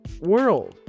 world